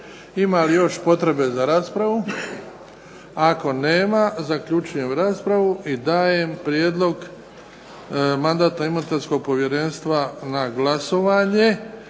Ima li još potrebe za raspravu? Ako nema zaključujem raspravu i dajem prijedlog Mandatno-imunitetskog povjerenstva na glasovanje.